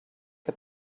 que